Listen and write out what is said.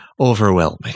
overwhelming